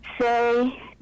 say